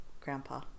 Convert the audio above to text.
grandpa